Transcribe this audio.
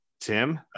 Tim